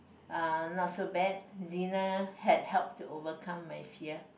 uh not so bad Zena had help to overcome my fear